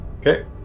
okay